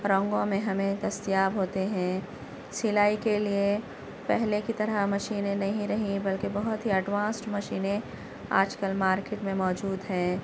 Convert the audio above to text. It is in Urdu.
رنگوں میں ہمیں دستیاب ہوتے ہیں سلائی کے لیے پہلے کی طرح مشینیں نہیں رہیں بلکہ بہت ہی ایڈوانسڈ مشینیں آج کل مارکیٹ میں موجود ہیں